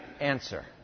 answer